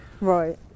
Right